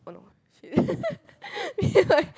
me and my